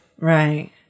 right